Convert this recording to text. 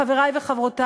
חברי וחברותי,